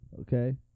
okay